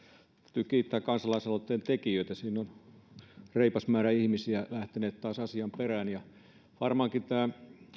täytyy kiittää kansalaisaloitteen tekijöitä siinä on reipas määrä ihmisiä taas lähtenyt asian perään varmaan tämä